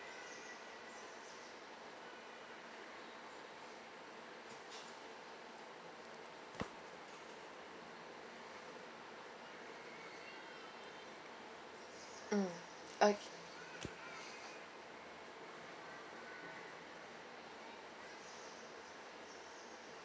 mm o~